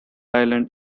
island